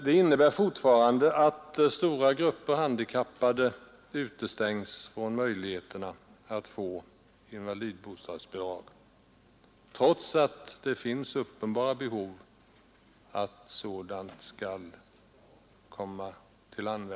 Det innebär fortfarande att stora grupper handikappade utestängs från möjligheterna att få invalidbostadsbidrag, trots att det finns uppenbara behov av sådant.